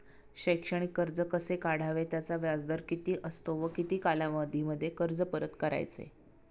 शैक्षणिक कर्ज कसे काढावे? त्याचा व्याजदर किती असतो व किती कालावधीमध्ये कर्ज परत करायचे?